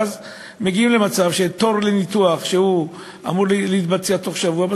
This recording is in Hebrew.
ואז מגיעים למצב שתור לניתוח שאמור להתבצע בתוך שבוע,